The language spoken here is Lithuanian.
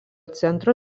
centro